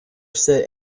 said